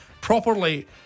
properly